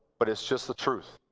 but it's just the truth.